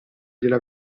gliela